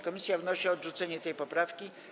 Komisja wnosi o odrzucenie tej poprawki.